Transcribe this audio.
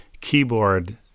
keyboard